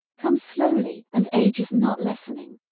come slowly and age is not lessening.